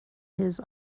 his